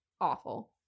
awful